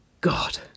God